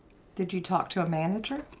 did you talk to a manager?